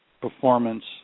performance